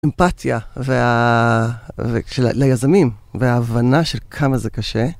אמפתיה ליזמים, וההבנה של כמה זה קשה.